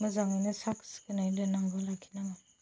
मोजाङैनो साफ सिखोनै दोननांगौ बेखायनो